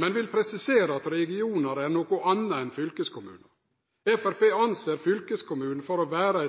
men vil presisere at regionar er noko anna enn fylkeskommunar. Framstegspartiet reknar fylkeskommunen for å vere